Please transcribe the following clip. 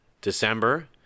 December